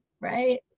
right